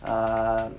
err